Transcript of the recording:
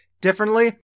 differently